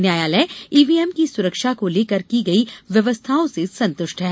न्यायालय ईवीएम की सुरक्षा को लेकर की गई व्यवस्थाओं से संतुष्ट है